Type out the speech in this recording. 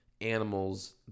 animals